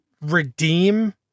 redeem